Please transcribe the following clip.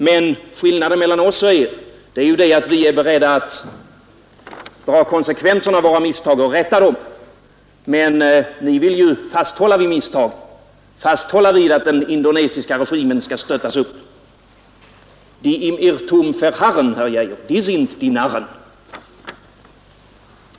Men skillnaden mellan oss och er är ju den att vi vill rätta våra misstag och är beredda att ta konsekvenserna av dem medan ni vill fasthålla vid misstag och vid att den indonesiska regimen skall stöttas upp. Die im Irrtum verharren, herr Geijer, sie sind die Narren!